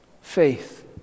faith